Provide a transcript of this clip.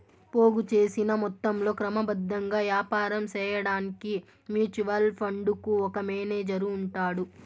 పోగు సేసిన మొత్తంలో క్రమబద్ధంగా యాపారం సేయడాన్కి మ్యూచువల్ ఫండుకు ఒక మేనేజరు ఉంటాడు